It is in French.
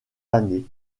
années